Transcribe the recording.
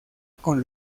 con